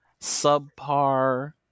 subpar